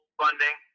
funding